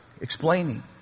explaining